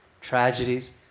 tragedies